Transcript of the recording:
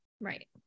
Right